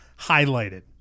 highlighted